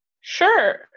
Sure